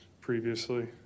previously